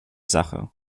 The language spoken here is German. sache